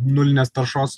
nulinės taršos